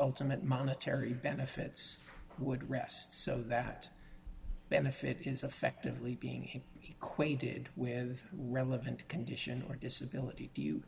ultimate monetary benefits would rest so that benefit is effectively being he equated with relevant condition or disability do you